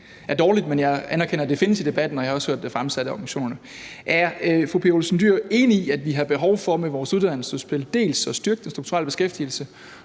er dårligt, men jeg anerkender, at det findes i debatten, og jeg har også hørt det fremsat af organisationerne. Er fru Pia Olsen Dyhr enig i, at vi har behov for med vores uddannelsesudspil dels at styrke den strukturelle beskæftigelse,